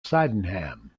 sydenham